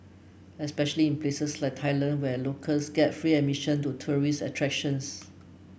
especially in places like Thailand where locals get free admission to tourist attractions